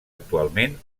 actualment